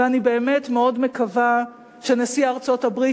ואני באמת מאוד מקווה שנשיא ארצות-הברית